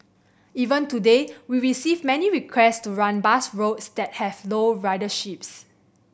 even today we receive many requests to run bus routes that have low ridership